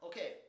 Okay